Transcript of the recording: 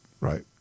right